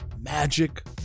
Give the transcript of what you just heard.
magic